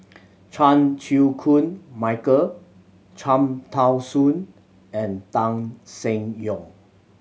Chan Chew Koon Michael Cham Tao Soon and Tan Seng Yong